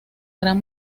gran